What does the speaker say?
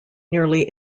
nearly